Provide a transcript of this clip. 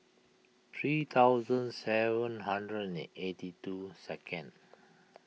three thousand seven hundred and eighty two second